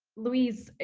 louise, ah